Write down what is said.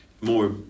more